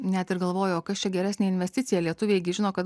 net ir galvoju o kas čia geresnė investicija lietuviai gi žino kad